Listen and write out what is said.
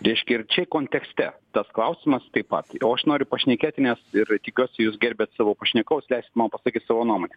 reiškia ir čia kontekste tas klausimas taip pat o aš noriu pašnekėti nes ir tikiuosi jūs gerbiat savo pašnekovus leisit man pasakyt savo nuomonę